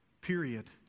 Period